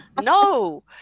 No